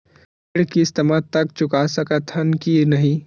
ऋण किस्त मा तक चुका सकत हन कि नहीं?